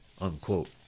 unquote